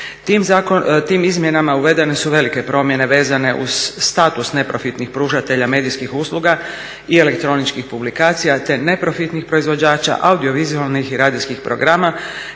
Tim izmjenama uvedene su velike promjene vezane uz status neprofitnih pružatelja medijskih usluga i elektroničkih publikacija te neprofitnih proizvođača audio vizualnih i radijskih programa